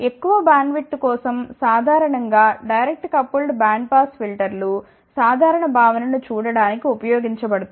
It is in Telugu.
ఎక్కువ బ్యాండ్విడ్త్ కోసం సాధారణం గా డైరెక్ట్ కపుల్డ్ బ్యాండ్ పాస్ ఫిల్టర్లు సాధారణ భావనను చూడటానికి ఉపయోగించబడతాయి